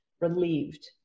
relieved